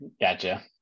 gotcha